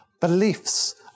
beliefs